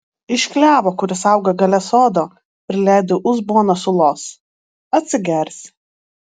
iš klevo kuris auga gale sodo prileidau uzboną sulos atsigersi